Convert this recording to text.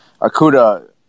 Akuda